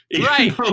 Right